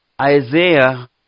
Isaiah